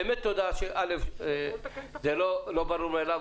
זה באמת לא ברור מאליו.